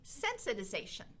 sensitization